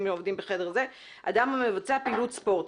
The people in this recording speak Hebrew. העובדים בקביעות בחדר אחד במקום עבודה או אדם שמבצע פעילות ספורט.